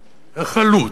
החלוץ,